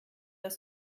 das